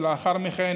ולאחר מכן